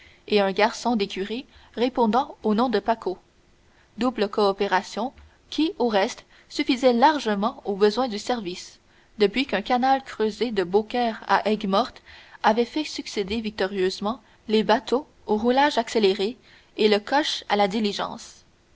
et un garçon d'écurie répondant au nom de pacaud double coopération qui au reste suffisait largement aux besoins du service depuis qu'un canal creusé de beaucaire à aigues mortes avait fait succéder victorieusement les bateaux au roulage accéléré et le coche à la diligence